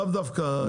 לאו דווקא שכירים.